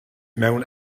mewn